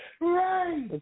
Right